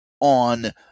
on